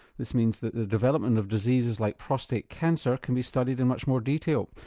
this means that the development of diseases like prostate cancer can be studied in much more detail.